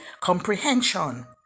comprehension